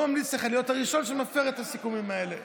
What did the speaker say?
אני לא ממליץ לך להיות הראשון שמפר את הסיכומים האלה.